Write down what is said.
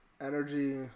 energy